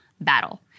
battle